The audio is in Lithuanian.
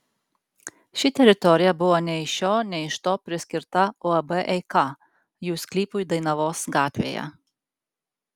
ši teritorija buvo nei iš šio nei iš to priskirta uab eika jų sklypui dainavos gatvėje